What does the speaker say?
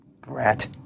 Brat